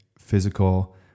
physical